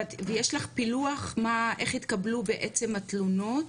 ויש לך פילוח איך התקבלו בעצם התלונות?